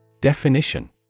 Definition